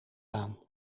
baan